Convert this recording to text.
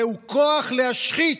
זהו כוח להשחית.